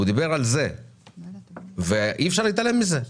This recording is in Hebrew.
הוא דיבר על זה ואי-אפשר להתעלם מזה.